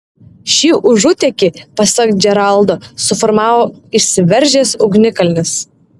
šį užutėkį pasak džeraldo suformavo išsiveržęs ugnikalnis